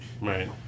Right